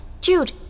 Jude